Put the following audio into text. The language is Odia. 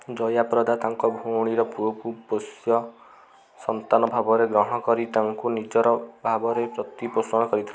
ଜୟା ପ୍ରଦା ତାଙ୍କ ଭଉଣୀର ପୁଅକୁ ପୋଷ୍ୟ ସନ୍ତାନ ଭାବରେ ଗ୍ରହଣ କରି ତାଙ୍କୁ ନିଜର ଭାବରେ ପ୍ରତିପୋଷଣ କରିଥିଲେ